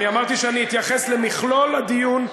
אני אמרתי שאני אתייחס למכלול הדיון,